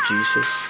Jesus